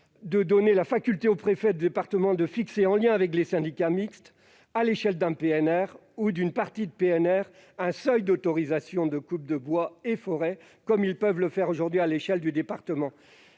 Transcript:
tend donc à permettre aux préfets de département de fixer, en lien avec les syndicats mixtes à l'échelle d'un PNR ou d'une partie de PNR, un seuil d'autorisation de coupe de bois et forêts, comme ils peuvent le faire aujourd'hui à l'échelle du département.